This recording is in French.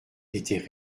étaient